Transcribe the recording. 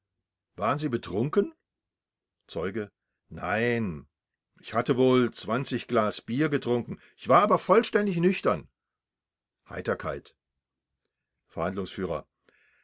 waren sie betrunken zeuge nein ich hatte wohl glas bier getrunken ich war aber vollständig nüchtern